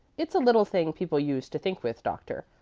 it's a little thing people use to think with, doctor.